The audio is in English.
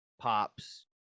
pops